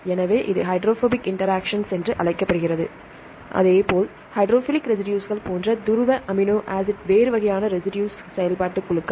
எனவே இது hydrophobic interaction என்று அழைக்கப்படுகிறது அதேபோல் ஹைட்ரோஃபிலிக் ரெசிடுஸ்கள் போன்ற துருவ அமினோ ஆசிட் வேறு வகையான ரெசிடுஸ் செயல்பாட்டுக் குழுக்கள்